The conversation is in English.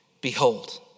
Behold